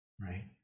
right